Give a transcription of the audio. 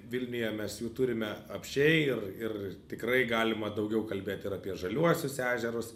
vilniuje mes jų turime apsčiai ir ir tikrai galima daugiau kalbėt ir apie žaliuosius ežerus